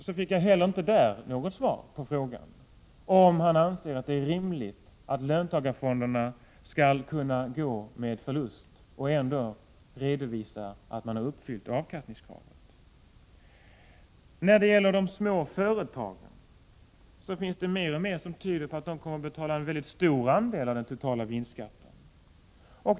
Jag fick heller inte något svar på frågan om han anser att det är rimligt att löntagarfonderna skall kunna gå med förlust och ändå redovisa att avkastningskravet har uppfyllts. När det gäller de små företagen finns det mer och mer som tyder på att de kommer att betala en väldigt stor andel av den totala vinstskatten.